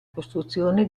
costruzione